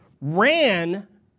ran